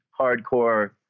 hardcore